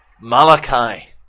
Malachi